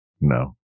No